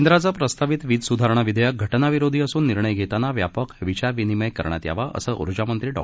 केंद्राचं प्रस्तावित वीज स्धारणा विधेयक घटना विरोधी असून निर्णय घेतांना व्यापक विचार विनिमय करण्यात यावा असं ऊर्जामंत्री डॉ